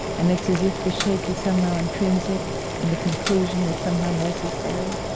and it's as if the shape is somehow intrinsic and the conclusion is somehow necessary?